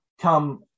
come